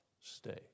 stay